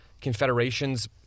confederations